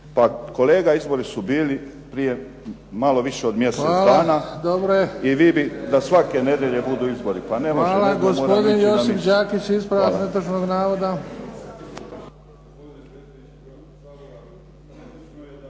Pa kolega izbori su bili prije malo više od mjesec dana i vi bi da svake nedjelje budu izbori. **Bebić, Luka (HDZ)** Hvala dobro je. Hvala. Gospodin Josip Đakić, ispravak netočnog navoda.